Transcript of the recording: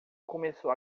começou